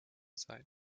sein